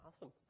Awesome